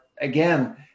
again